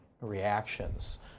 reactions